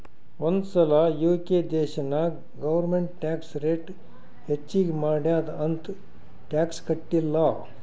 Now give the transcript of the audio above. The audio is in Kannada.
ಒಂದ್ ಸಲಾ ಯು.ಕೆ ದೇಶನಾಗ್ ಗೌರ್ಮೆಂಟ್ ಟ್ಯಾಕ್ಸ್ ರೇಟ್ ಹೆಚ್ಚಿಗ್ ಮಾಡ್ಯಾದ್ ಅಂತ್ ಟ್ಯಾಕ್ಸ ಕಟ್ಟಿಲ್ಲ